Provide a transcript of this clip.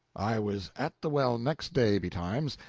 i was at the well next day betimes.